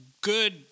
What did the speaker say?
good